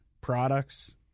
products